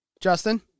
Justin